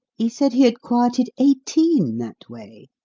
he said he had quieted eighteen that way.